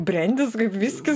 brendis kaip viskis